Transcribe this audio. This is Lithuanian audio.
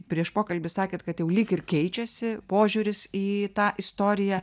prieš pokalbį sakėt kad jau lyg ir keičiasi požiūris į tą istoriją